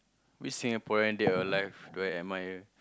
which Singaporean dead or alive do I admire